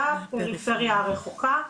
לפריפריה הרחוקה.